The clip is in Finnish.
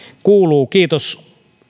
kuuluu kiitos